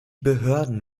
behörden